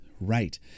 Right